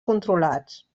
controlats